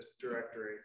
directory